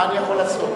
מה אני יכול לעשות.